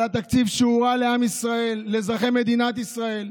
על תקציב שהוא רע לעם ישראל, לאזרחי מדינת ישראל.